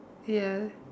ya